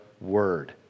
word